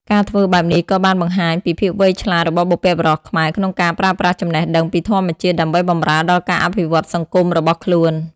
ការធ្វើបែបនេះក៏បានបង្ហាញពីភាពវៃឆ្លាតរបស់បុព្វបុរសខ្មែរក្នុងការប្រើប្រាស់ចំណេះដឹងពីធម្មជាតិដើម្បីបម្រើដល់ការអភិវឌ្ឍន៍សង្គមរបស់ខ្លួន។